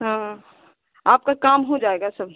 हाँ आपका काम हो जाएगा सब